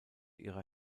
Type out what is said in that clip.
ihrer